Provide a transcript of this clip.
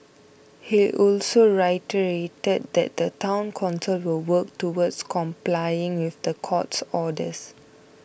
he also reiterated that the Town Council will work towards complying with the court's orders